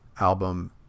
album